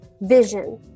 vision